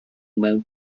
mewn